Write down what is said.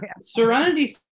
Serenity